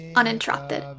uninterrupted